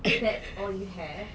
that's all you have